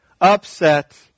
upset